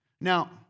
Now